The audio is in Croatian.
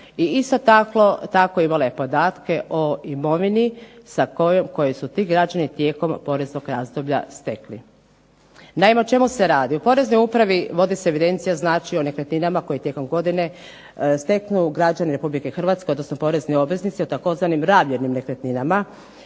I isto tako imala je podatke o imovini koju su ti građani tijekom poreznog razdoblja stekli. Naime, o čemu se radi? U poreznoj upravi vodi se evidencija znači o nekretninama koje tijekom godine steknu građani RH, odnosno porezni obveznici u tzv. rabljenim nekretninama.